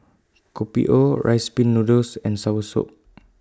Kopi O Rice Pin Noodles and Soursop